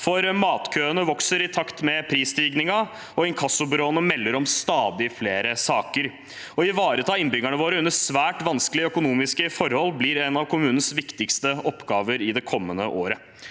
Matkøene vokser i takt med prisstigningen, og inkassobyråene melder om stadig flere saker. Å ivareta innbyggerne våre under svært vanskelige økonomiske forhold blir en av kommunenes viktigste oppgaver i det kommende året.